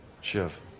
Shiv